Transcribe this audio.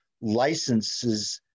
licenses